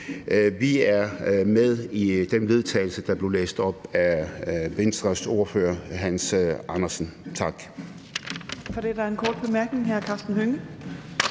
Vi er med i det forslag til vedtagelse, der blev læst op af Venstres ordfører, Hans Andersen. Tak.